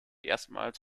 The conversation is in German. erstmals